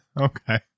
Okay